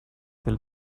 del